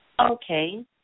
Okay